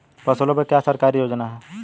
फसलों पे क्या सरकारी योजना है?